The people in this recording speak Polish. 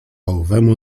owemu